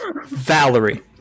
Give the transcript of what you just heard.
Valerie